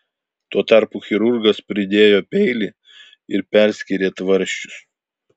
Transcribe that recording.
tuo tarpu chirurgas pridėjo peilį ir perskyrė tvarsčius